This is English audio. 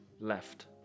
left